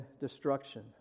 destruction